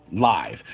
live